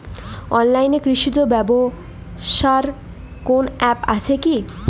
অনলাইনে কৃষিজ ব্যবসার কোন আ্যপ আছে কি?